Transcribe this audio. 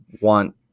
want